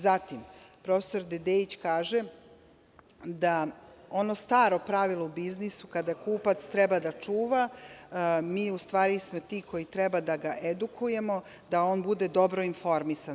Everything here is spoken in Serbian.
Zatim, prof. Dedeić kaže da ono staro pravilo u biznisu kada kupac treba da čuva, mi u stvari smo ti koji treba da ga edukujemo, da on bude dobro informisan.